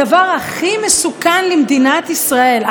הדבר הכי מסוכן למדינת ישראל,